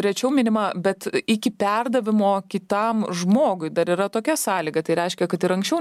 rečiau minima bet iki perdavimo kitam žmogui dar yra tokia sąlyga tai reiškia kad ir anksčiau